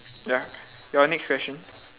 ya your next question